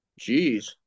Jeez